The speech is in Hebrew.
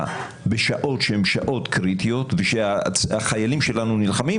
בשעות שהן שעות קריטיות ושהחיילים שלנו נלחמים,